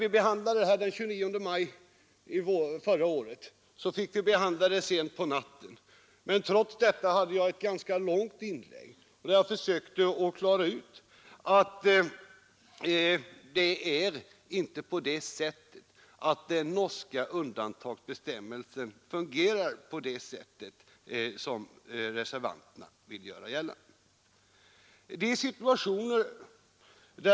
Vi behandlade detta den 29 maj förra året sent på 1 mars 1973 natten, men trots detta hade jag ett ganska långt inlägg där jag försökte klara ut att den norska undantagsbestämmelsen inte fungerar på det sätt som reservanterna vill göra gällande.